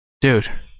Dude